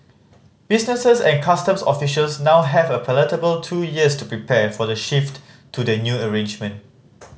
businesses and customs officials now have a palatable two years to prepare for the shift to the new arrangement